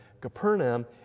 Capernaum